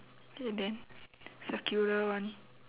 and then circular one